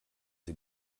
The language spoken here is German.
sie